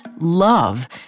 love